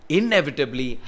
inevitably